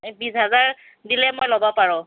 এই বিছ হাজাৰ দিলে মই ল'ব পাৰোঁ